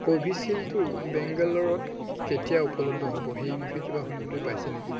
কভিচিল্ডটো বেংগলুৰত কেতিয়া উপলব্ধ হ'ব সেইবিষয়ে কিবা শুনিবলৈ পাইছে নেকি